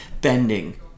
bending